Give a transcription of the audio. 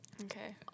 Okay